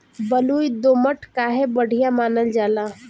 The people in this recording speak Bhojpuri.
बलुई दोमट काहे बढ़िया मानल जाला?